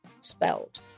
Spelled